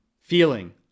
feeling